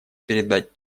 передать